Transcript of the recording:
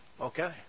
okay